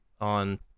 on